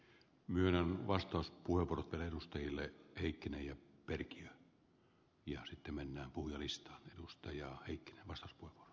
myönnän vastaus purkka ennustajille hikinen ja pyrkiä ihosi kymmenen pullollista edustajaa ei kilvassa puhua